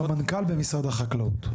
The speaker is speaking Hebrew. סמנכ"ל במשרד החקלאות.